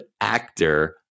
actor